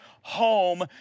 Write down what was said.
home